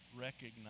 recognize